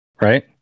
right